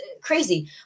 crazy